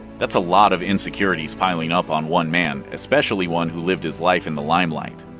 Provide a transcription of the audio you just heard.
that's a lot of insecurities piling up on one man, especially one who lived his life in the limelight.